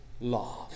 love